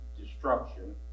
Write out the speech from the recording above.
destruction